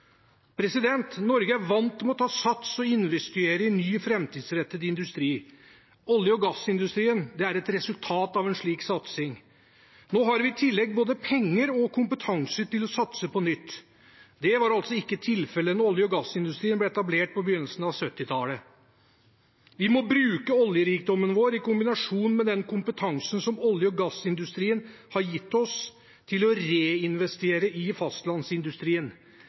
Norge er vant med å ta sats og investere i ny framtidsrettet industri. Olje- og gassindustrien er et resultat av en slik satsing. Nå har vi i tillegg både penger og kompetanse til å satse på nytt. Det var ikke tilfellet da olje- og gassindustrien ble etablert på begynnelsen av 1970-tallet. Vi må bruke oljerikdommen vår i kombinasjon med den kompetansen som olje- og gassindustrien har gitt oss, til å reinvestere i fastlandsindustrien.